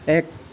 এক